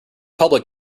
public